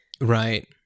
Right